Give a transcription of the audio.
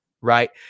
right